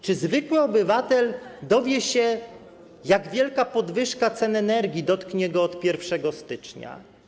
Czy zwykły obywatel dowie się, jak wielka podwyżka cen energii dotknie go od 1 stycznia?